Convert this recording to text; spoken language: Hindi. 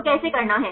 तो कैसे करना है